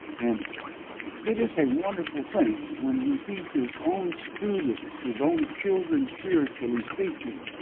and it is a wonderful thing when he sees his own students, his own children spiritually speaking,